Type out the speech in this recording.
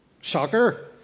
Shocker